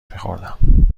میخوردم